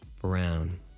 Brown